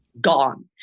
gone